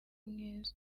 mwiza